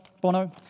Bono